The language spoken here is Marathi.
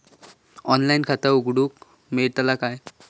ऑनलाइन खाता उघडूक मेलतला काय?